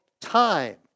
time